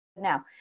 now